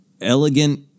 elegant